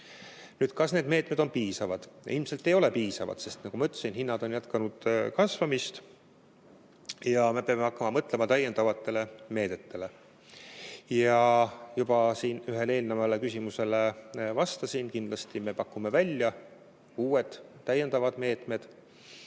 Kas need meetmed on piisavad? Ilmselt ei ole piisavad, sest nagu ma ütlesin, hinnad on jätkanud kasvamist. Me peame hakkama mõtlema täiendavatele meetmetele. Ma juba siin ühele eelnevale küsimusele vastasin, et kindlasti me pakume välja uued, täiendavad meetmed